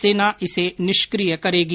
सेना इसे निष्किय करेगी